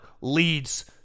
leads